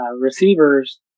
receivers